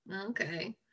Okay